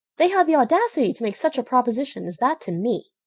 they had the audacity to make such a proposition as that to me!